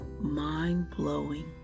mind-blowing